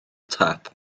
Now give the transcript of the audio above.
tap